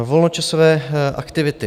Volnočasové aktivity.